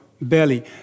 belly